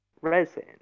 resin